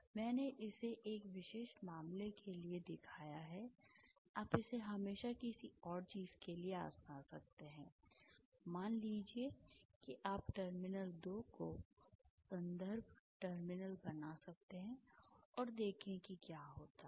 मैंने इसे एक विशेष मामले के लिए दिखाया है आप इसे हमेशा किसी और चीज़ के लिए आज़मा सकते हैं मान लीजिए कि आप टर्मिनल 2 को संदर्भ टर्मिनल बना सकते हैं और देखें कि क्या होता है